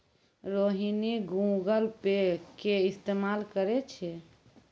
Rohini Google Pay के इस्तेमाल करै छै